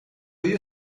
you